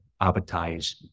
advertise